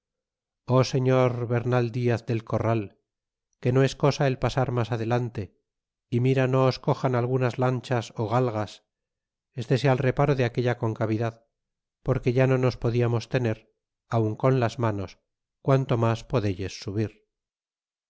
o señor bernal diaz del corral que no es cosa el pasar mas adelante y mira no os cojan algunas lanchas ó galgas estése al reparo de aquella concavidad porque ya no nos podíamos tener aun con las manos quanto mas podelles subir